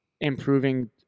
improving